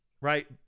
right